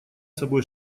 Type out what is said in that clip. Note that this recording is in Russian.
собой